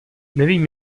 nevím